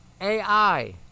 AI